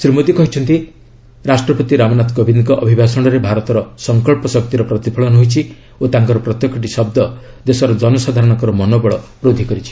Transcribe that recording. ଶ୍ରୀ ମୋଦୀ କହିଛନ୍ତି ରାଷ୍ଟ୍ରପତି ରାମନାଥ କୋବିନ୍ଦଙ୍କ ଅଭିଭାଷଣରେ ଭାରତର 'ସଂକଳ୍ପ ଶକ୍ତି'ର ପ୍ରତିଫଳନ ହୋଇଛି ଓ ତାଙ୍କର ପ୍ରତ୍ୟେକଟି ଶବ୍ଦ ଦେଶର ଜନସାଧାରଣଙ୍କ ମନୋବଳ ବୃଦ୍ଧି କରିଛି